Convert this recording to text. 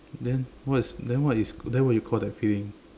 then what's then what is then what you call that feeling